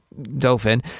Dolphin